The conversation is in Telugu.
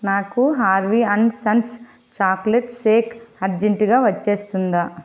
నాకు Harvey and sons chocolate shake అర్జెంటుగా వచ్చేస్తుందా